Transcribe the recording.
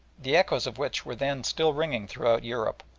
the echoes of which were then still ringing throughout europe,